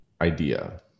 idea